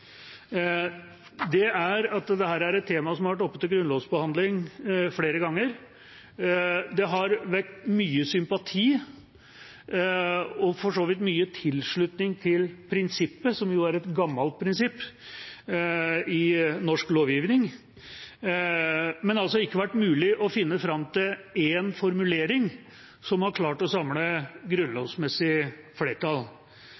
er at dette er et tema som har vært oppe til grunnlovsbehandling flere ganger. Det har vekket mye sympati – og for så vidt mye tilslutning til prinsippet, som jo er et gammelt prinsipp i norsk lovgivning – men det har altså ikke vært mulig å finne fram til én formulering som har klart å samle